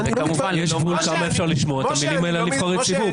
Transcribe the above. יש גבול כמה אפשר לשמוע את המילים האלה על נבחרי ציבור,